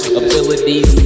abilities